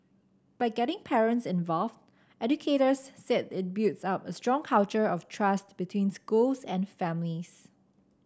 by getting parents involved educators said it builds up a strong culture of trust between schools and families